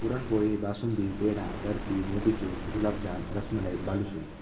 puran poli basundi pedha barfi motichoor gulabjam rasmalai balushahi